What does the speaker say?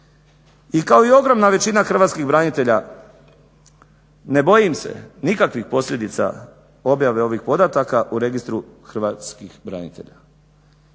I kao i ogromna većina hrvatskih branitelja ne bojim se nikakvih posljedica objave ovih podataka u Registru hrvatskih branitelja.